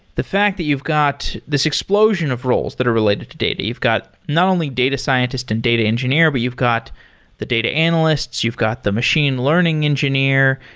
the fact that you've got this explosion of roles that are related to data. you've got not only data scientist and data engineer, but you've got the data analysts. you've got the machine learning engineer.